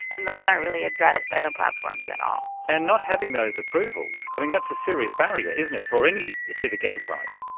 and those aren't really addressed by the platforms at all. and not having those approvals, that's a serious barrier, isn't it, for any civic enterprise.